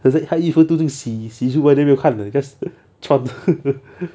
可是他衣服都没有洗洗就没得没得看了 just trump